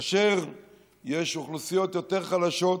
כאשר יש אוכלוסיות יותר חלשות,